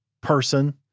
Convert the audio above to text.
person